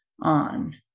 on